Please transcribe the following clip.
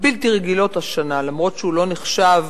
בלתי רגילות השנה אף-על-פי שהוא לא נחשב